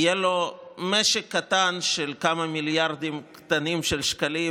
יהיה לו משק קטן של כמה מיליארדים קטנים של שקלים,